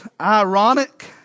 ironic